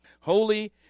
Holy